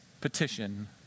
petition